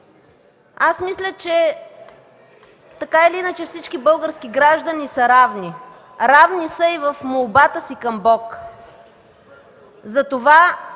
Мисля, че така или иначе всички български граждани са равни, равни са и към молбата си към Бог.